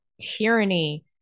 tyranny